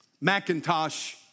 Macintosh